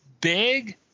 big